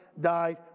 died